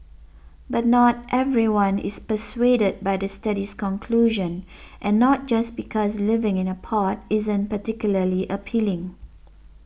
but not everyone is persuaded by the study's conclusion and not just because living in a pod isn't particularly appealing